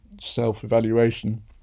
self-evaluation